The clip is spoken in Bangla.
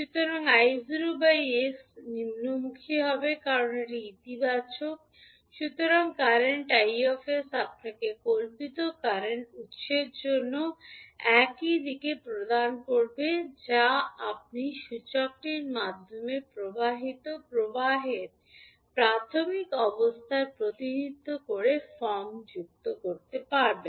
সুতরাং 𝑖 𝑠 দিকটি নিম্নমুখী হবে কারণ এটি ইতিবাচক সুতরাং কারেন্ট 𝐼 𝑠 আপনাকে কল্পিত কারেন্ট উত্সের জন্য একই দিক প্রদান করবে যা আপনি সূচকটির মাধ্যমে প্রবাহিত প্রবাহের প্রাথমিক অবস্থার প্রতিনিধিত্ব করে ফর্ম যুক্ত করবেন